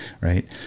right